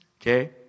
okay